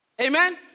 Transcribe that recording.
Amen